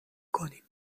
کنیم